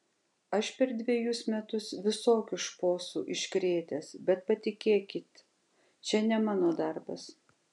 aš per dvejus metus visokių šposų iškrėtęs bet patikėkit čia ne mano darbas